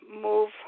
move